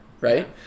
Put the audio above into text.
right